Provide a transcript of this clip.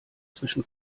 zwischen